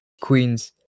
queens